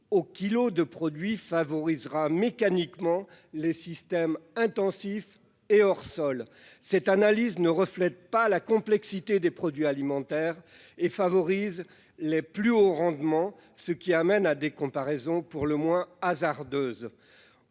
au kilogramme de produit, favorisera mécaniquement les systèmes intensifs et hors sol. Cette analyse ne reflète pas la complexité des produits alimentaires et favorise les plus hauts rendements, ce qui amène à des comparaisons pour le moins hasardeuses.